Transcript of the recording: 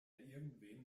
irgendwem